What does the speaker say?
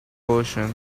ocean